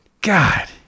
God